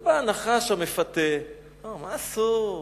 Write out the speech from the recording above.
בא הנחש המפתה: מה אסור?